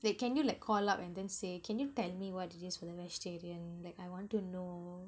like can you like call up and then say can you tell me what it is for the vegetarian like I want to know